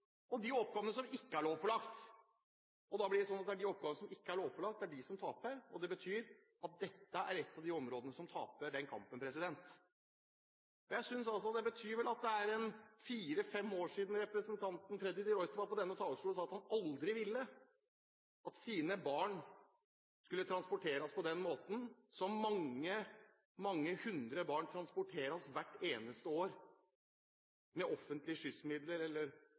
og de oppgavene som ikke er lovpålagte. Da blir det sånn at det er de oppgavene som ikke er lovpålagte, som taper, og det betyr at dette er et av de områdene som taper den kampen. Det er vel en fire–fem år siden representanten Freddy de Ruiter var på denne talerstolen og sa at han aldri ville at hans barn skulle transporteres på den måten som mange, mange hundre barn transporteres på hvert eneste år – med offentlige skyssmidler eller